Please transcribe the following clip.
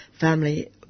family